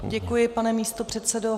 Děkuji, pane místopředsedo.